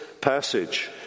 passage